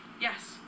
Yes